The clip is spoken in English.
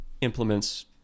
implements